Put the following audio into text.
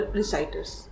reciters